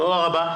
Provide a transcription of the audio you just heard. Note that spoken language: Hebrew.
תודה רבה.